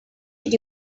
did